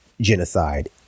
genocide